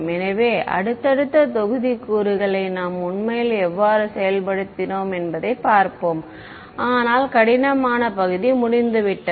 எனவே அடுத்தடுத்த தொகுதிக்கூறுகளை நாம் உண்மையில் எவ்வாறு செயல்படுத்தினோம் என்பதைப் பார்ப்போம் ஆனால் கடினமான பகுதி முடிந்துவிட்டது